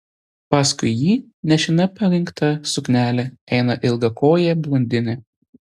paskui jį nešina parinkta suknele eina ilgakojė blondinė